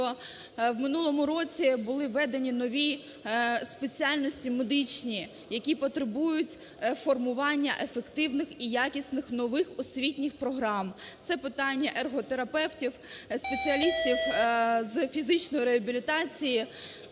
що в минулому році були введені нові спеціальності медичні, які потребують формування ефективних і якісних нових освітніх програм. Це питання ерготерапевтів, спеціалістів з фізичної реабілітації.